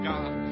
God